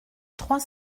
trois